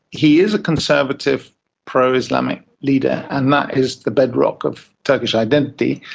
he is a conservative pro-islamic leader and that is the bedrock of turkish identity.